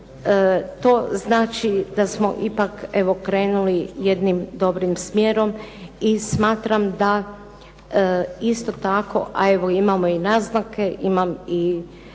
To znači da smo ipak evo krenuli jednim dobrim smjerom i smatram da isto tako, a evo imamo i naznake imam i